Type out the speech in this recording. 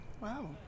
Wow